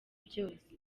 byose